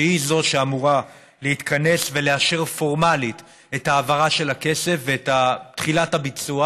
שהיא שאמורה להתכנס ולאשר פורמלית את ההעברה של הכסף ואת תחילת הביצוע,